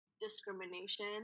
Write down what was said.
discrimination